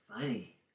funny